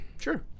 Sure